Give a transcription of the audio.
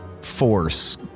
force